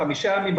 חמישה ימים,